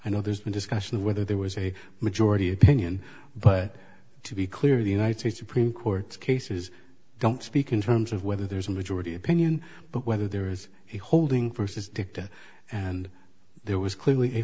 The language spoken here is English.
i know there's been discussion of whether there was a majority opinion but to be clear the united states supreme court cases don't speak in terms of whether there's a majority opinion but whether there is he holding first is dicta and there was clearly